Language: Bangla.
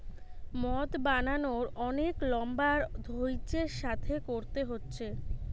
মদ বানানার অনেক লম্বা আর ধৈর্য্যের সাথে কোরতে হচ্ছে